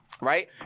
Right